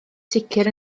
sicr